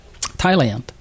Thailand